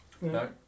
no